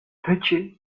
taçi